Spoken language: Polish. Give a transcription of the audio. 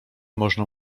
można